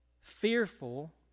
fearful